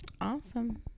Awesome